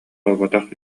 буолбатах